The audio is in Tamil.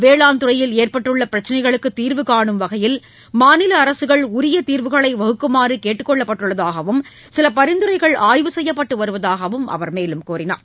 வேளாண் துறையில் ஏற்பட்டுள்ள பிரச்சினைகளுக்கு தீர்வு கானும் வகையில் மாநில அரசுகள் உரிய தீர்வுகளை வகுக்குமாறு கேட்டுக் கொள்ளப்பட்டுள்ளதாகவும் சில பரிந்துரைகள் ஆய்வு செய்யப்பட்டு வருவதாகவும் அவர் கூறினார்